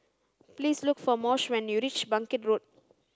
please look for Moshe when you reach Bangkit Road